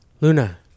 Luna